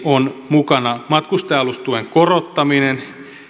on mukana matkustaja alustuen korottaminen